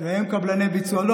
הם קבלני ביצוע.